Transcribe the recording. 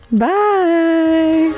Bye